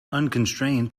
unconstrained